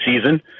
season